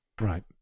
Right